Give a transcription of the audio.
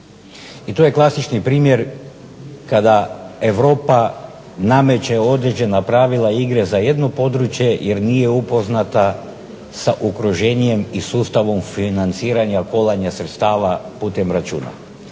I to je klasični primjer kada Europa nameće određena pravila igre za jedno područje, jer nije upoznata sa okruženjem i sustavom financiranja, kolanja sredstava putem računa.